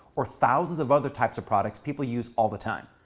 or thousands of other types of products people use all the time.